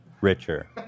richer